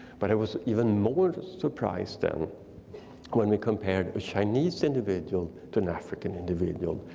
but i was even more surprised then when we compared the chinese individual to an african individual.